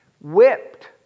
whipped